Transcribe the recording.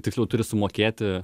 tiksliau turi sumokėti